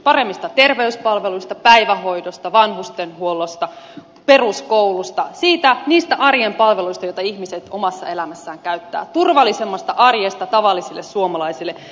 paremmista terveyspalveluista päivähoidosta vanhustenhuollosta peruskoulusta niistä arjen palveluista joita ihmiset omassa elämässään käyttävät turvallisemmasta arjesta tavallisille suomalaisille